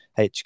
hq